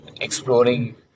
Exploring